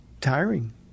tiring